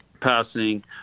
passing